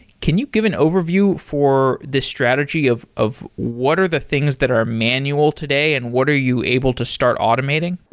can you give an overview for the strategy of of what are the things that are manual today and what are you able to start automating? yeah,